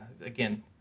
again